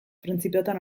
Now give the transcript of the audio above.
printzipiotan